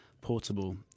portable